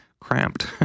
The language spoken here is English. cramped